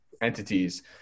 entities